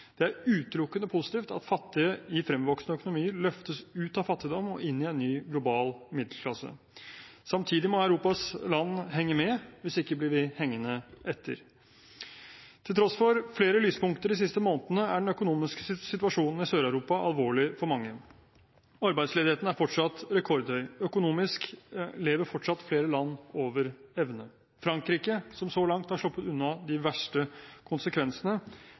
Det er utelukkende positivt at fattige i fremvoksende økonomier løftes ut av fattigdom og inn i en ny global middelklasse. Samtidig må Europas land henge med – hvis ikke blir vi hengende etter. Til tross for flere lyspunkter de siste månedene er den økonomiske situasjonen i Sør-Europa alvorlig for mange. Arbeidsledigheten er fortsatt rekordhøy. Økonomisk lever fortsatt flere land over evne. Frankrike, som så langt har sluppet unna de verste konsekvensene